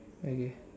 okay